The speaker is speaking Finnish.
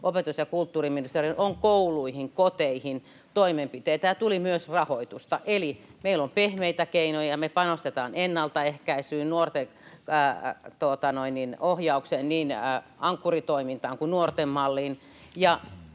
opetus- ja kulttuuriministeriöön, kouluihin ja koteihin toimenpiteitä, ja tuli myös rahoitusta. Eli meillä on pehmeitä keinoja — me panostetaan ennalta ehkäisyyn, nuorten ohjaukseen, niin Ankkuri-toimintaan kuin nuorten malliin